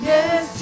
Yes